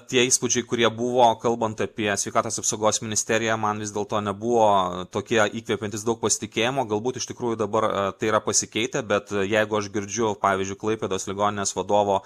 tie įspūdžiai kurie buvo kalbant apie sveikatos apsaugos ministeriją man vis dėlto nebuvo tokie įkvepiantys daug pasitikėjimo galbūt iš tikrųjų dabar tai yra pasikeitę bet jeigu aš girdžiu pavyzdžiui klaipėdos ligoninės vadovo